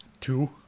Two